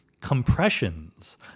compressions